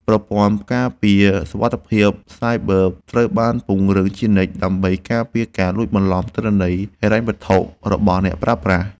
ប្រព័ន្ធការពារសុវត្ថិភាពសាយប័រត្រូវបានពង្រឹងជានិច្ច ដើម្បីការពារការលួចបន្លំទិន្នន័យហិរញ្ញវត្ថុរបស់អ្នកប្រើប្រាស់។